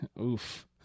Oof